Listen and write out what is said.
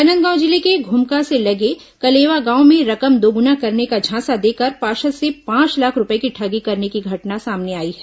राजनांदगांव जिले के घुमका से लगे कलेवा गांव में रकम दोगुना करने का झांसा देकर पार्षद से पांच लाख रूपए की ठगी करने की घटना सामने आई है